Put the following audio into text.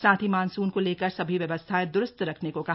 साथ ही मॉनसून को लेकर सभी व्यवस्थाएं द्रुस्त रखने को कहा